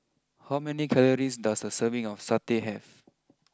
how many calories does a serving of Satay have